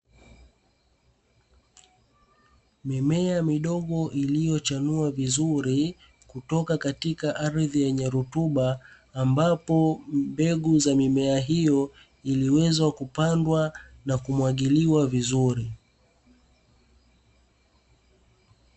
Mimea iliyochanua vizuri kutoka katika ardhi yenye rutuba, ambapo mbegu za mimea hiyo iliweza kupandwa na kumwagiliwa vizuri.